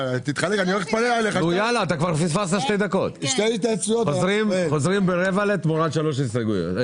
אנחנו חוזרים בשעה 13:45 תמורת שלוש התייעצויות.